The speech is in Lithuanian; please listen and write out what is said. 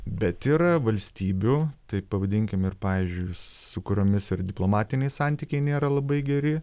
bet yra valstybių taip pavadinkim ir pavyzdžiui su kuriomis ir diplomatiniai santykiai nėra labai geri